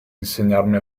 insegnarmi